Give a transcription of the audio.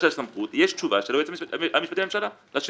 יש תשובה של היועץ המשפטי לממשלה.